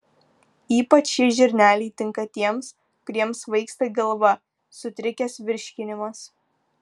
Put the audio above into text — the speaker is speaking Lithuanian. ypač šie žirneliai tinka tiems kuriems svaigsta galva sutrikęs virškinimas